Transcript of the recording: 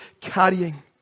carrying